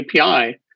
API